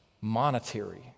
monetary